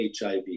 HIV